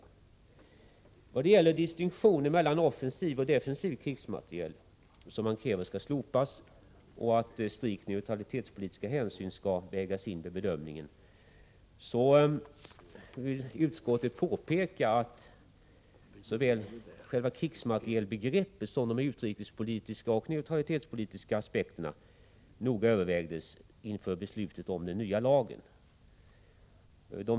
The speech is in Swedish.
I vad gäller distinktionen mellan offensiv och defensiv krigsmateriel föreslår man att den skall slopas och att strikt neutralitetspolitiska hänsyn skall vägas in i bedömningen. Utskottet påpekar att såväl krigsmaterielbegreppet som de utrikespolitiska och neutralitetspolitiska aspekterna noga övervägdes, innan beslutet om den nya lagen fattades.